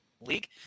league